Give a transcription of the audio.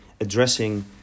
addressing